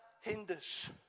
hinders